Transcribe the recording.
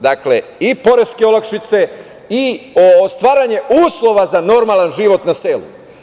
Dakle, i poreske olakšice i stvaranje uslova za normalan život na selu.